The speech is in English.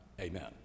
Amen